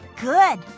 Good